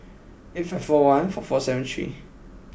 eight five four one four four seven three